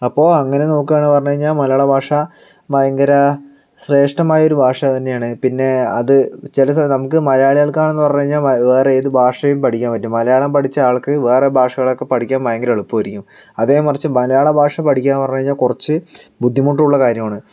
അപ്പോൾ അങ്ങനെ നോക്കുകയാണ് എന്ന് പറഞ്ഞു കഴിഞ്ഞാൽ മലയാള ഭാഷ ഭയങ്കര ശ്രേഷ്ഠമായ ഒരു ഭാഷ തന്നെയാണ് പിന്നെ അത് ചില സമയത്ത് നമുക്ക് മലയാളികൾക്ക് ആണെന്ന് പറഞ്ഞു കഴിഞ്ഞാൽ വേറെ ഏതു ഭാഷയും പഠിക്കാൻ പറ്റും മലയാളം പഠിച്ച ആൾക്ക് വേറെ ഭാഷകളൊക്കെ പഠിക്കാൻ ഭയങ്കര എളുപ്പമായിരിക്കും അതേ മറിച്ച് മലയാളഭാഷ പഠിക്കാൻ പറഞ്ഞു കഴിഞ്ഞാൽ കുറച്ച് ബുദ്ധിമുട്ടുള്ള കാര്യമാണ്